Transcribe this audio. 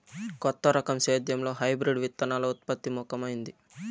కొత్త రకం సేద్యంలో హైబ్రిడ్ విత్తనాల ఉత్పత్తి ముఖమైంది